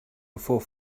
before